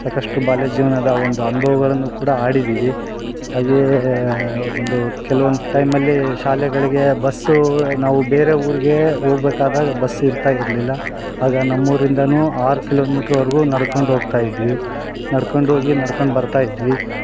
ಸಾಕಷ್ಟು ಬಾಲ್ಯ ಜೀವ್ನದ ಒಂದು ಅನುಭವಗಳನ್ನು ಕೂಡ ಆಡಿದೀವಿ ಹಾಗೇ ಒಂದು ಕೆಲ್ವೊಂದು ಟೈಮಲ್ಲಿ ಶಾಲೆಗಳಿಗೆ ಬಸ್ಸು ನಾವು ಬೇರೆ ಊರಿಗೆ ಹೋಗಬೇಕಾದಾಗ ಬಸ್ ಇರ್ತಾ ಇರಲಿಲ್ಲ ಆಗ ನಮ್ಮೂರಿಂದನು ಆರು ಕಿಲೋಮೀಟ್ರ್ ವರೆಗೂ ನಡ್ಕೊಂಡು ಹೋಗ್ತಾ ಇದ್ವಿ ನಡ್ಕೊಂಡು ಹೋಗಿ ನಡ್ಕಂಡು ಬರ್ತಾ ಇದ್ವಿ